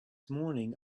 morning